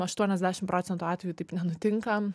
aštuoniasdešim procentų atvejų taip nenutinka